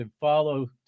follow